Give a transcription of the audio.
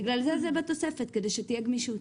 לכן זה בתוספת, כדי שתהיה גמישות.